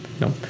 No